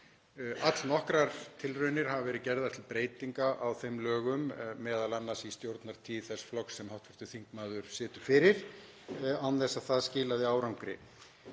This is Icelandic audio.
allnokkrar tilraunir hafa verið gerðar til breytinga á þeim lögum, m.a. í stjórnartíð þess flokks sem hv. þingmaður situr fyrir, án þess að það skilaði árangri.